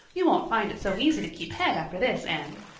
you won't find it so easy to keep head after this, anne.